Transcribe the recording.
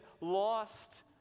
lost